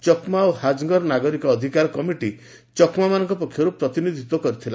ଚକ୍ମା ଓ ହାଜଙ୍ଗର ନାଗରିକ ଅଧିକାର କମିଟି ଚକ୍ମାମାନଙ୍କ ପକ୍ଷରୁ ପ୍ରତିନିଧିତ୍ୱ କରିଥିଲା